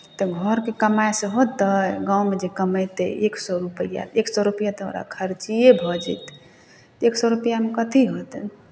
तऽ घरके कमाइसँ होतै गाँवमे जे कमेतै एक सए रुपैआ एक सए रुपैआ तऽ ओकरा खर्चिए भऽ जेतै तऽ एक सए रुपैआमे कथी होतै